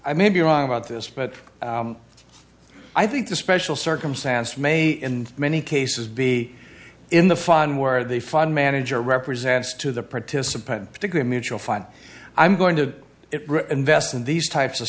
i may be wrong about this but i think the special circumstance may in many cases be in the fund where the fund manager represents to the participant particular mutual fund i'm going to invest in these types of